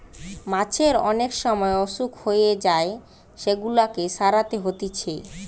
মাছের অনেক সময় অসুখ হয়ে যায় সেগুলাকে সারাতে হতিছে